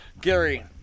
Gary